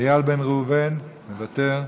איל בן ראובן מוותר,